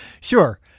Sure